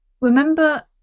Remember